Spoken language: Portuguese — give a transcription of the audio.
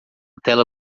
tela